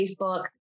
Facebook